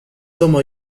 como